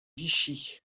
vichy